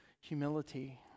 humility